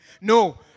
No